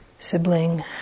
sibling